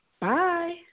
Bye